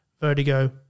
Vertigo